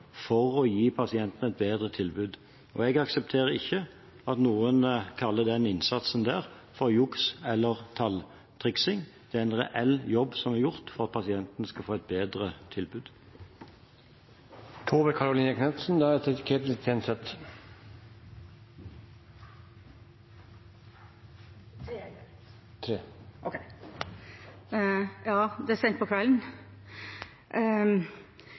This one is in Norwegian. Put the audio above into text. for å gi pasientene et bedre tilbud. Jeg aksepterer ikke at noen kaller den innsatsen for juks eller talltriksing. Det er en reell jobb som er gjort for at pasienten skal få et bedre tilbud. Det er